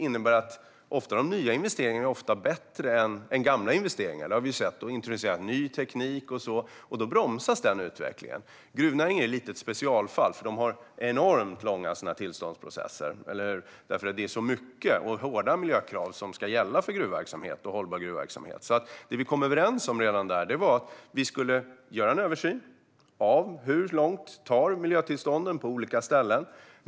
Nya investeringar är ofta bättre än gamla investeringar - det har vi sett när vi har introducerat ny teknik och så vidare. Den utvecklingen bromsas i och med detta. Gruvnäringen är ett specialfall. Där är det enormt långa tillståndsprocesser, eftersom det är hårda miljökrav som ska gälla för en hållbar gruvverksamhet. Det som vi kom överens om redan där var att vi skulle göra en översyn. Hur lång tid tar processen med miljötillstånden på olika ställen?